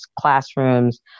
classrooms